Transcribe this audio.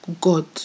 God